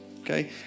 okay